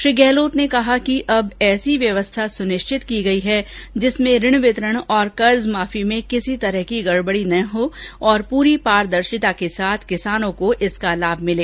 श्री गहलोत ने कहा कि अब ऐसी व्यवस्था सुनिश्चित की गई है जिसमें ऋण वितरण और कर्ज माफी में किसी तरह की गड़बड़ी नहीं हो और पूरी पारदर्शिता के साथ किसानों को इसका लाभ मिले